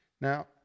Now